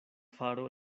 faro